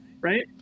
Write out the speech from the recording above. Right